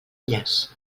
elles